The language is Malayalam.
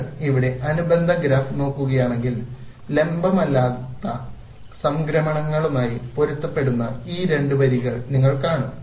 നിങ്ങൾ ഇവിടെ അനുബന്ധ ഗ്രാഫ് നോക്കുകയാണെങ്കിൽ ലംബമല്ലാത്ത സംക്രമണങ്ങളുമായി പൊരുത്തപ്പെടുന്ന ഈ രണ്ട് വരികൾ നിങ്ങൾ കാണും